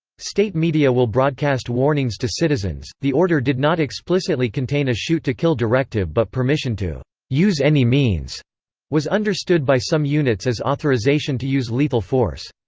state media will broadcast warnings to citizens the order did not explicitly contain a shoot-to-kill directive but permission to use any means was understood by some units as authorization to use lethal force.